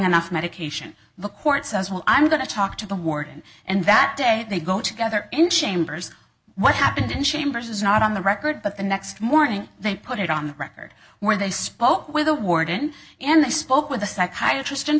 enough medication the court says well i'm going to talk to the warden and that day they go together in chambers what happened in chambers is not on the record but the next morning they put it on the record where they spoke with the warden and they spoke with a psychiatrist in